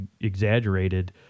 exaggerated